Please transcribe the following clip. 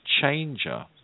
changer